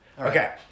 Okay